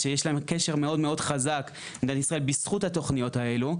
שיש להם קשר מאוד מאוד חזק למדינת ישראל בזכות התוכניות האלו,